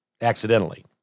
accidentally